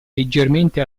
leggermente